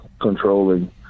controlling